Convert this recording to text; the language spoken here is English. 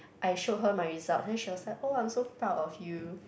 I showed her my result and she was like oh I'm so proud of you